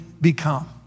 become